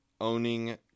owning